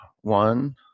one